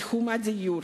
בתחומי הדיור,